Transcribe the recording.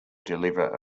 deliver